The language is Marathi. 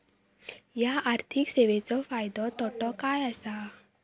हया आर्थिक सेवेंचो फायदो तोटो काय आसा?